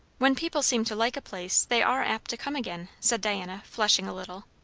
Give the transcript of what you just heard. when people seem to like a place they are apt to come again, said diana, flushing a little.